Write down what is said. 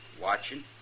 Watching